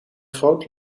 groot